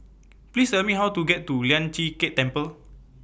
Please Tell Me How to get to Lian Chee Kek Temple